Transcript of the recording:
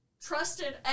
trusted